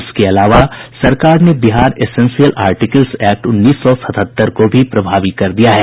इसके अलावा सरकार ने बिहार एसेंशियल आर्टिकल्स एक्ट उन्नीस सौ सतहत्तर को भी प्रभावी कर दिया है